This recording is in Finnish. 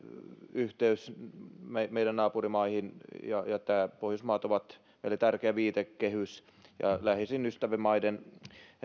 yhteys meidän meidän naapurimaihimme ja pohjoismaat ovat meille tärkeä viitekehys ja läheisin ystävämaiden